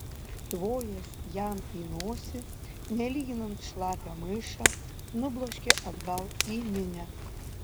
tvojęs jam į nosį nelyginant šlapią maišą nubloškė atgal į minią